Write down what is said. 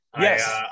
Yes